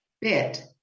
bit